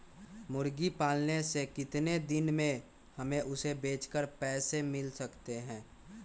मुर्गी पालने से कितने दिन में हमें उसे बेचकर पैसे मिल सकते हैं?